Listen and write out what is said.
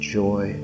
joy